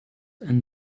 ein